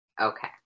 Okay